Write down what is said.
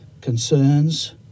concerns